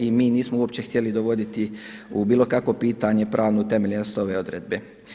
I mi nismo uopće htjeli dovoditi u bilo kakvo pitanje pravnu utemeljenost ove odredbe.